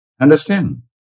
Understand